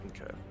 Okay